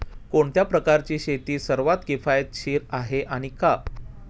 कोणत्या प्रकारची शेती सर्वात किफायतशीर आहे आणि का?